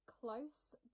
close